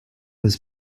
was